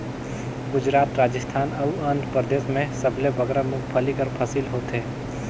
गुजरात, राजिस्थान अउ आंध्रपरदेस में सबले बगरा मूंगफल्ली कर फसिल होथे